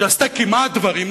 שעשתה כמעט דברים,